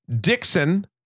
Dixon